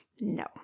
No